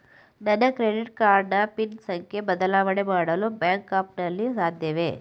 ನನ್ನ credit card pin ಸಂಖ್ಯೆ ಬದಲಾವಣೆ ಮಾಡಲು ಬ್ಯಾಂಕ್ ಆ್ಯಪ್ ನಲ್ಲಿ ಸಾಧ್ಯವೇ?